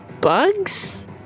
bugs